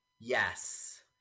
yes